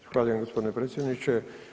Zahvaljujem gospodine predsjedniče.